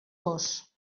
gos